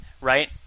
right